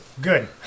Good